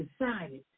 decided